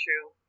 true